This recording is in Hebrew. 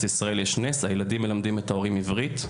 ישראל יש נס - ילדים מלמדים את ההורים עברית.